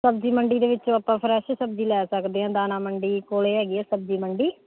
ਸਬਜ਼ੀ ਮੰਡੀ ਦੇ ਵਿੱਚੋਂ ਆਪਾਂ ਫਰੈਸ਼ ਸਬਜ਼ੀ ਲੈ ਸਕਦੇ ਹਾਂ ਦਾਣਾ ਮੰਡੀ ਕੋਲ ਹੈਗੀ ਆ ਸਬਜ਼ੀ ਮੰਡੀ